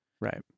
Right